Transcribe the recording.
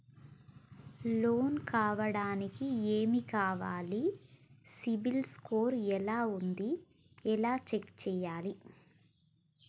Loan కావడానికి ఏమి కావాలి సిబిల్ స్కోర్ ఎలా ఉంది ఎలా చెక్ చేయాలి?